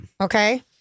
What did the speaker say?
Okay